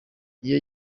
iyo